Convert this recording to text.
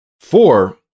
Four